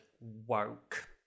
woke